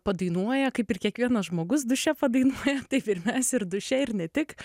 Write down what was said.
padainuoja kaip ir kiekvienas žmogus duše padainuoja taip ir mes ir duše ir ne tik